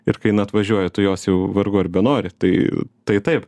ir kai jin atvažiuoja tu jos jau vargu ar benori tai tai taip